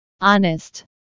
honest